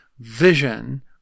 vision